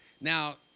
Now